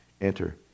enter